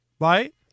right